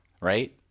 right